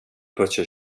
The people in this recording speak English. butcher